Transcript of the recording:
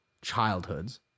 childhoods